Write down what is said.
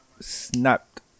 snapped